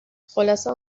خلاصه